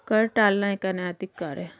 कर टालना एक अनैतिक कार्य है